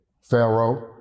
Pharaoh